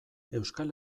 euskal